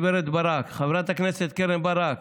חברת הכנסת קרן ברק,